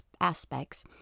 aspects